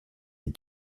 les